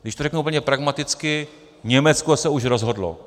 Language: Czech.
Když to řeknu úplně pragmaticky, Německo se už rozhodlo.